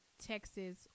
Texas